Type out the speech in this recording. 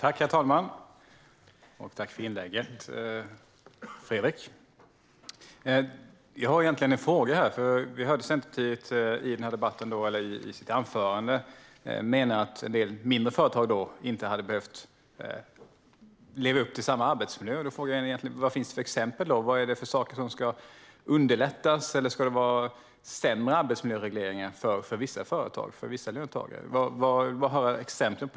Herr talman! Tack för inlägget, Fredrik! Jag har en fråga. Vi hörde Fredrik Christensson i sitt anförande säga att mindre företag inte behöver leva upp till samma krav på arbetsmiljö. Finns det exempel på vad som ska underlättas? Eller ska det vara sämre arbetsmiljöregleringar för löntagare i vissa företag?